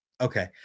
Okay